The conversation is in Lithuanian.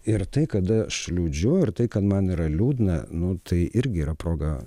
ir tai kada aš liūdžiu ir tai kad man yra liūdna nu tai irgi yra proga